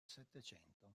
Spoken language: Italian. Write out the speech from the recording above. settecento